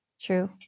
true